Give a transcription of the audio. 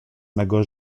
mego